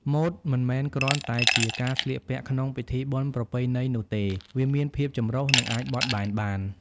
ម៉ូដមិនមែនគ្រាន់តែជាការស្លៀកពាក់ក្នុងពិធីបុណ្យប្រពៃណីនោះទេ វាមានភាពចម្រុះនិងអាចបត់បែនបាន។